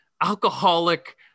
alcoholic